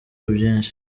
byinshi